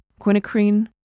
quinacrine